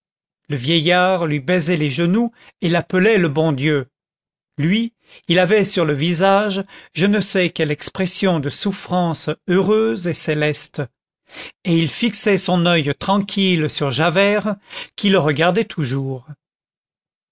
le vieillard lui baisait les genoux et l'appelait le bon dieu lui il avait sur le visage je ne sais quelle expression de souffrance heureuse et céleste et il fixait son oeil tranquille sur javert qui le regardait toujours